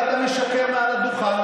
ואתה משקר מעל הדוכן,